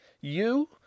You